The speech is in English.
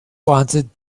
wanted